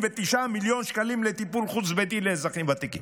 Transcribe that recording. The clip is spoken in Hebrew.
מיליון שקל לטיפול חוץ-ביתי לאזרחים ותיקים.